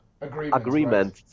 agreement